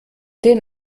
den